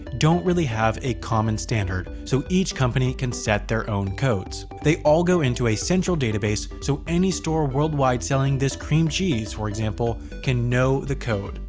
don't really have a common standard so each company can set their own codes. they all go into a central database so any store worldwide selling this cream cheese, for example, can know the code.